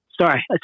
sorry